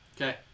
Okay